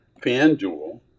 FanDuel